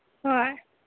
ꯍꯣꯏ